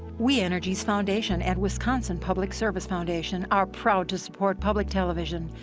we energies foundation and wisconsin public service foundation are proud to support public television.